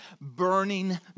burning